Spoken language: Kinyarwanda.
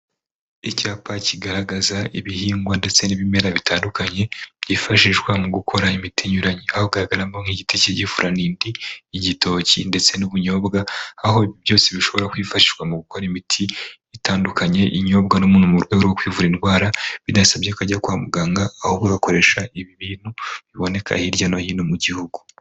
Icyapa kigaragaza ibihingwa ndetse n'ibimera bitandukanye, byifashishwa mu gukora imiti inyuranye. Hagaragaramo nk'igiti cy'igifuranindi, igitoki ndetse n'ubunyobwa. Aho byose bishobora kwifashishwa mu gukora imiti, itandukanye inyobwa n'umuntu mu rwego rwo kwivura indwara bidasabye ko ajya kwa muganga, ahubwo agakoresha ibi bintu biboneka hirya no hino mu gihugu.